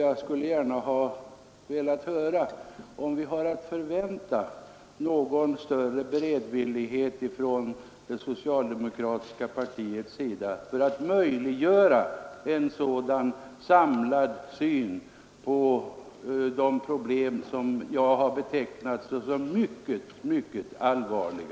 Jag skulle gärna vilja höra om vi har att förvänta någon större beredvillighet från det socialdemokratiska partiets sida när det gäller att möjliggöra en sådan samlad syn på de problem som jag har betecknat såsom mycket, mycket allvarliga.